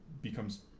becomes